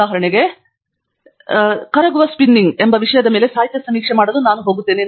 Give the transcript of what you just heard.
ಉದಾಹರಣೆಯಾಗಿ ನನ್ನ ವಿಷಯದಲ್ಲಿ ನಾನು ಕರಗುವ ಸ್ಪಿನ್ನಿಂಗ್ ಎಂಬ ವಿಷಯದ ಮೇಲೆ ಸಾಹಿತ್ಯ ಸಮೀಕ್ಷೆ ಮಾಡಲು ಹೋಗುತ್ತೇನೆ